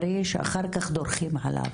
לעשות את החריש ולדרוך עליו,